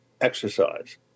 exercise